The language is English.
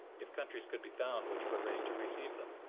if countries could be found which were ready to receive them.